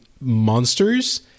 monsters